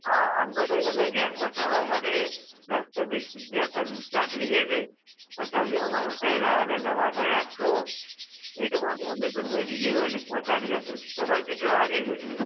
હા આમ તો બેન અમે ઘેર પહોંચાડવા માટે દસ કે વીસ રૂપિયા સર્વિસ ચાર્જ લઈએ છીએ પણ તમે અમારા પહેલા અને નવા ઘરાક છો એટલા માટે અમે તમને ડિલિવરી પહોંચાડી આપીશું તમારે કેટલા વાગે જોઈએ